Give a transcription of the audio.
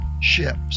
ships